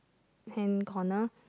hand corner